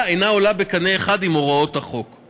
אינה עולה בקנה אחד עם הוראות החוק.